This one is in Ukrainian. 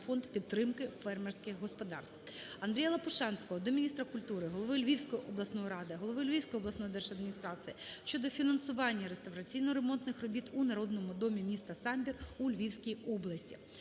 фонд підтримки фермерських господарств. АндріяЛопушанського до міністра культури, голови Львівської обласної ради, голови Львівської обласної держадміністрації щодо фінансування реставраційно-ремонтних робіт у Народному домі міста Самбір у Львівській області.